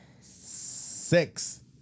Six